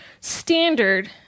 standard